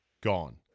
gone